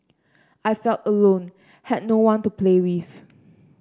I felt alone had no one to play with